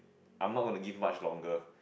I am not gonna to give much longer